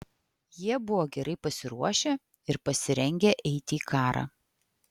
jie buvo gerai pasiruošę ir pasirengę eiti į karą